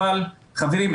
אבל חברים,